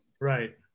Right